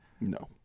No